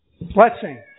blessing